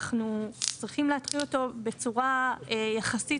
אנחנו צריכים להתחיל אותו בצורה יחסית